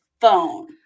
phone